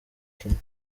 kenya